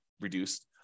reduced